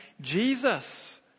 Jesus